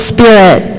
Spirit